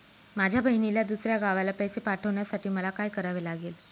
माझ्या बहिणीला दुसऱ्या गावाला पैसे पाठवण्यासाठी मला काय करावे लागेल?